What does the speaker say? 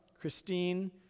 Christine